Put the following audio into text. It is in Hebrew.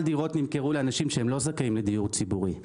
כמה דירות נמכרו לאנשים שהם לא זכאים לדיור ציבורי?